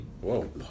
whoa